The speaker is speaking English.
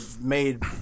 made